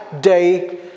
Day